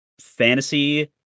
fantasy